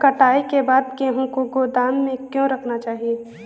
कटाई के बाद गेहूँ को गोदाम में क्यो रखना चाहिए?